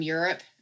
Europe